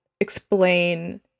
explain